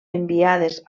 enviades